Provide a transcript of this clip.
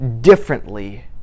differently